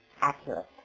accurate